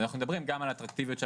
אנחנו מדברים גם על האטרקטיביות של